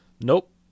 nope